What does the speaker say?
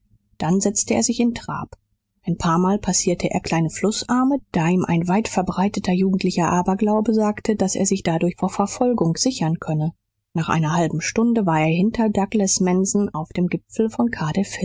dann setzte er sich in trab ein paarmal passierte er kleine flußarme da ihm ein weitverbreiteter jugendlicher aberglaube sagte daß er sich dadurch vor verfolgung sichern könne nach einer halben stunde war er hinter douglas mansion auf dem gipfel von